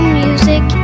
music